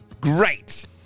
Great